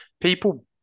people